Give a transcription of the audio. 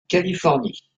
californie